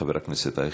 חבר הכנסת אייכלר,